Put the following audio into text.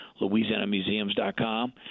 louisianamuseums.com